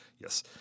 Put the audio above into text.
Yes